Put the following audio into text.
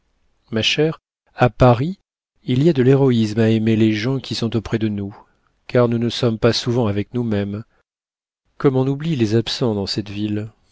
ma chère à paris il y a de l'héroïsme à aimer les gens qui sont auprès de nous car nous ne sommes pas souvent avec nous-mêmes comme on oublie les absents dans cette ville